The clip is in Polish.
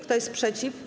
Kto jest przeciw?